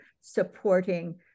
supporting